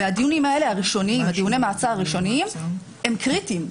ודיוני המעצר הראשוניים הם קריטיים.